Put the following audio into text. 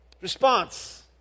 response